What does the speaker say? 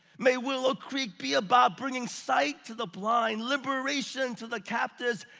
may willow creek be about bringing sight to the blind, liberation to the captives.